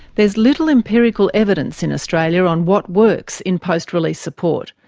there's little empirical evidence in australia on what works in post-release support,